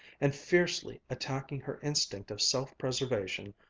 and fiercely attacking her instinct of self-preservation,